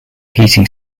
heating